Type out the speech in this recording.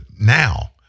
now